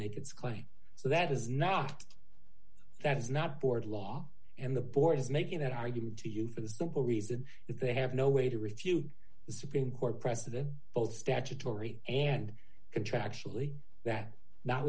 make its claim so that is not that is not board law and the board is making that argument to you for the simple reason that they have no way to refute the supreme court precedent both statutory and contractually that